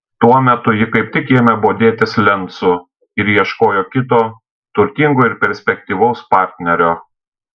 tuo metu ji kaip tik ėmė bodėtis lencu ir ieškojo kito turtingo ir perspektyvaus partnerio